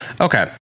okay